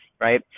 right